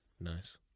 Nice